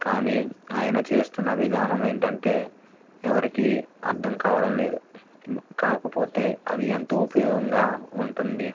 కానీ ఆయన చేస్తున్న విధానం ఏంటంటే ఎవరికీ అర్థం కావడం లేదు కాకపోతే అది ఎంతో ఉపయోగంగా ఉంటుంది